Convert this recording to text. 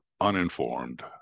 uninformed